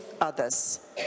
others